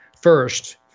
First